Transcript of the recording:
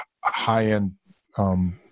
high-end